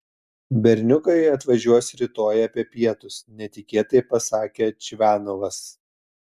berniukai atvažiuos rytoj apie pietus netikėtai pasakė čvanovas